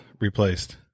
replaced